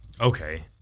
Okay